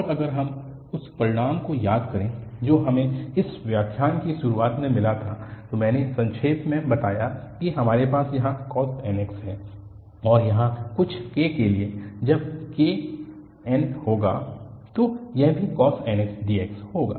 और अगर हम उस परिणाम को याद करें जो हमें इस व्याख्यान की शुरुआत में मिला था तो मैंने संक्षेप में बताया कि हमारे पास यहाँ cos nx है और यहाँ कुछ k के लिए जब k n होगा तो यह भी cos nx dx होगा